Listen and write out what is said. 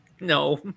No